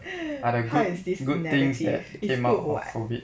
how is this negative is good [what]